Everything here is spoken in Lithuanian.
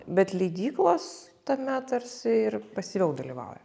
bet leidyklos tame tarsi ir pasyviau dalyvauja